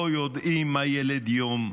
לא יודעים מה ילד יום.